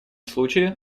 случае